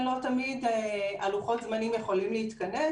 לא תמיד לוחות הזמנים יכולים להתכנס.